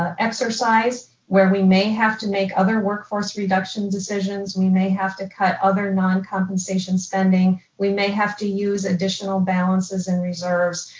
ah exercise where we may have to make other workforce reduction decisions, we may have to cut other non-compensation spending, we may have to use additional balances and reserves.